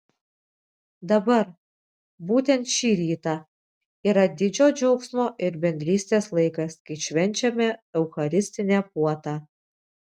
dabar būtent šį rytą yra didžio džiaugsmo ir bendrystės laikas kai švenčiame eucharistinę puotą